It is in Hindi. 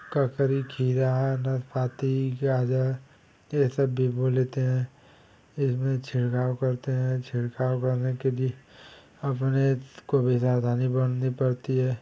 ककड़ी खीरा नाशपाती गाजर यह सब भी बो लेते हैं इसमें छिड़काव करते हैं छिड़काव करने के लिए अपने को भी ज़्यादा नहीं बढ़नी पड़ती है